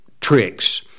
tricks